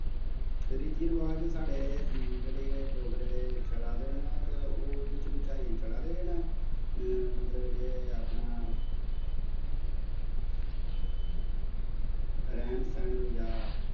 रिति रबाज़ साढ़े जेह्ड़े डोगरें दे चला दे न ते ओह् बिच्च बिच्च अज़ें चला दे न मतलब के अपना रैह्न सैह्न होई गेआ